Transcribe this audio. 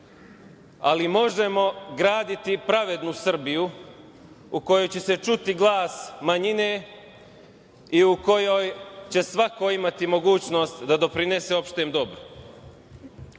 ali možemo graditi pravednu Srbiju u kojoj će se čuti glas manjine i u kojoj će svako imati mogućnost da doprinese opštem dobru. Izbor